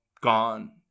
gone